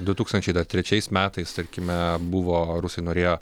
du tūkstančiai dar trečiais metais tarkime buvo rusai norėjo